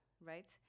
right